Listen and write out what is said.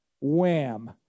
wham